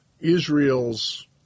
Israel's